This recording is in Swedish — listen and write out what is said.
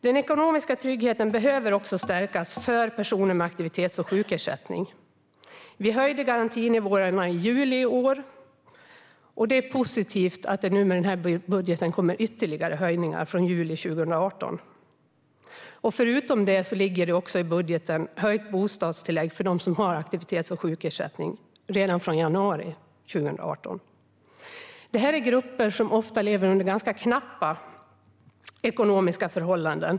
Den ekonomiska tryggheten behöver också stärkas för personer med aktivitets och sjukersättning. Vi höjde garantinivåerna i juli i år. Det är positivt att det med denna budget kommer ytterligare höjningar från juli 2018. Förutom det finns det i budgeten höjt bostadstillägg för dem som har aktivitets och sjukersättning, redan från januari 2018. Detta är grupper som ofta lever under ganska knappa ekonomiska förhållanden.